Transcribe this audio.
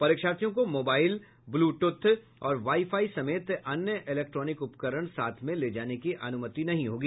परीक्षार्थियों को mobile bluetooth और वाई फाई समेत अन्य इलेक्ट्रॉनिक उपकरण साथ में ले जाने की अनुमति नहीं होगी